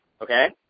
okay